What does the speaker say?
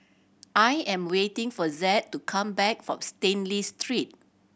I am waiting for Zed to come back from Stanley Street